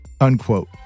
unquote